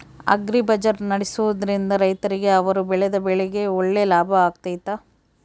Agri Bazaar ನಡೆಸ್ದೊರಿಂದ ರೈತರಿಗೆ ಅವರು ಬೆಳೆದ ಬೆಳೆಗೆ ಒಳ್ಳೆ ಲಾಭ ಆಗ್ತೈತಾ?